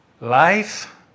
Life